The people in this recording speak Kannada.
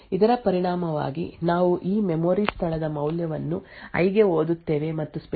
ಇದರ ಪರಿಣಾಮವಾಗಿ ನಾವು ಈ ಮೆಮೊರಿ ಸ್ಥಳದ ಮೌಲ್ಯವನ್ನು ಐ ಗೆ ಓದುತ್ತೇವೆ ಮತ್ತು ಸ್ಪೆಕ್ಯುಲೇಟಿವ್ಲಿ ಅರೇ ಐ 256